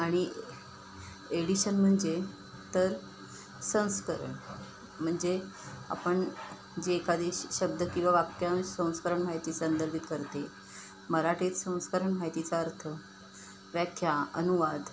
आणि एडिशन म्हणजे तर संस्करण म्हणजे आपण जे एखादी शब्द किंवा वाक्य संस्करण माहिती संदर्भित करते मराठीत संस्करण माहितीचा अर्थ व्याख्या अनुवाद